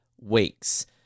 weeks